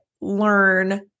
learn